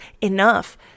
enough